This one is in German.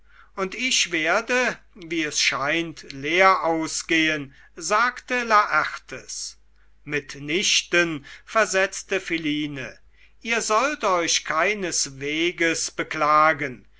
und ich werde wie es scheint leer ausgehen versetzte laertes mit nichten versetzte philine ihr sollt euch keineswegs beklagen